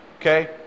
okay